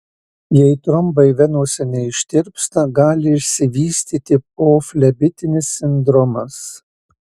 jei trombai venose neištirpsta gali išsivystyti poflebitinis sindromas